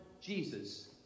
Jesus